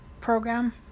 program